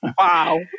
Wow